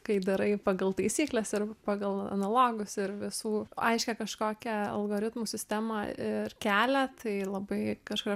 kai darai pagal taisykles ir pagal analogus ir visų aiškią kažkokią algoritmų sistemą ir kelią tai labai kažkuria